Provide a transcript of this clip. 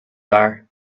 are